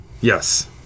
Yes